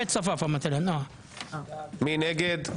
מי נגד?